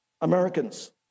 Americans